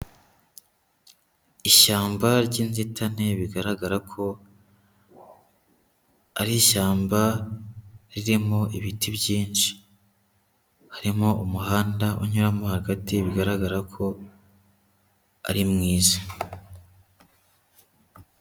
Ishyamba ry'inzitane bigaragara ko ari ishyamba ririmo ibiti byinshi, harimo umuhanda unyuramo hagati bigaragara ko ari mwiza.